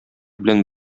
белән